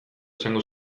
esango